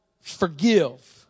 forgive